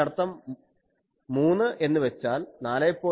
അതിനർത്ഥം 3 എന്നുവച്ചാൽ 4